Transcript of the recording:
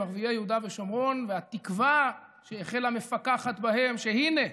עם ערביי יהודה ושומרון והתקווה שהחלה מפעפעת בהם שהינה,